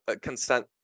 consent